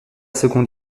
seconde